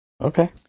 Okay